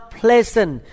pleasant